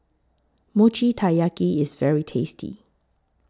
Mochi Taiyaki IS very tasty